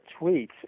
tweets